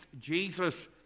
Jesus